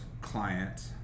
client